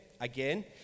again